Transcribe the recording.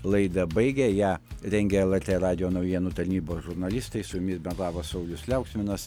laidą baigė ją rengė lrt radijo naujienų tarnybos žurnalistai su jumis bendravo saulius liauksminas